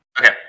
Okay